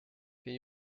can